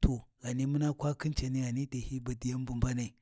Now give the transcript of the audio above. to ghani muna kwa khin cani ghani dai hi badiyan bu mbanai.